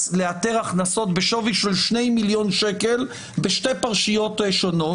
לאתר הכנסות בשווי של 2 מיליון שקל בשתי פרשיות שונות.